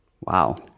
Wow